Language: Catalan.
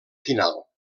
final